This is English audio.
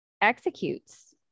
executes